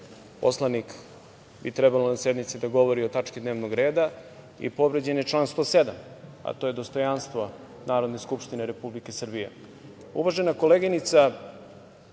poslanik bi trebalo na sednici da govori o tački dnevnog reda, i povređen je član 107, a to je dostojanstvo Narodne skupštine Republike Srbije. Uvažena koleginica,